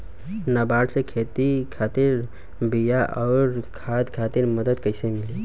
नाबार्ड से खेती खातिर बीया आउर खाद खातिर मदद कइसे मिली?